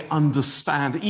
understand